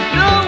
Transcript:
no